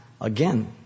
again